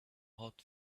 hot